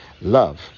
love